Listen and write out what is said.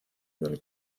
del